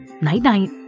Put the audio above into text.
Night-night